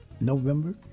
November